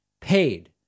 paid